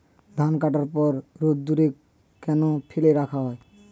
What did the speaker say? ধান কাটার পর রোদ্দুরে কেন ফেলে রাখা হয়?